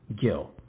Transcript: Gill